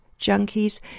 junkies